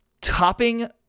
topping